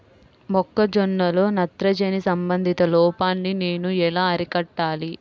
మొక్క జొన్నలో నత్రజని సంబంధిత లోపాన్ని నేను ఎలా అరికట్టాలి?